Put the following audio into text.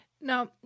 Now